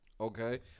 Okay